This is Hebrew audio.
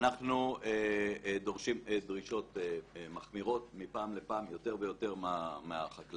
אנחנו דורשים דרישות מחמירות מפעם לפעם יותר ויותר מהחקלאים.